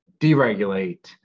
deregulate